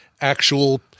actual